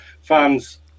fans